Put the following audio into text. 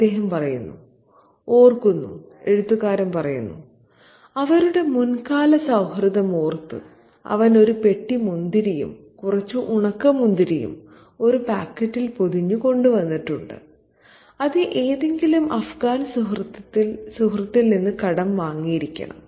അദ്ദേഹം പറയുന്നു "ഓർക്കുന്നു" എഴുത്തുകാരൻ പറയുന്നു "അവരുടെ മുൻകാല സൌഹൃദം ഓർത്ത് അവൻ ഒരു പെട്ടി മുന്തിരിയും കുറച്ച് ഉണക്കമുന്തിരിയും ഒരു പാക്കറ്റിൽ പൊതിഞ്ഞ് കൊണ്ടുവന്നിട്ടുണ്ട് അത് ഏതെങ്കിലും അഫ്ഗാൻ സുഹൃത്തിൽ നിന്ന് കടം വാങ്ങിയിരിക്കണം